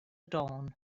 dawn